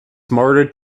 smarter